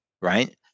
Right